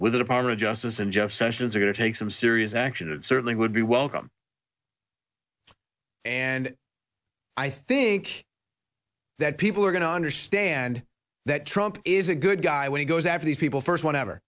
department of justice and jeff sessions are going to take some serious action it certainly would be welcome and i think that people are going to understand that trump is a good guy when he goes after these people first one ever